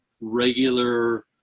regular